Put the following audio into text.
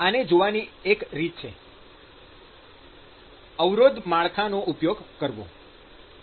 આને જોવાની એક રીત છે અવરોધ માળખાનો ઉપયોગ કરવો